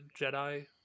Jedi